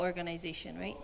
organization right